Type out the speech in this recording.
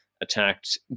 attacked